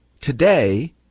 Today